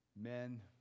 men